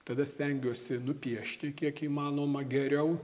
tada stengiuosi nupiešti kiek įmanoma geriau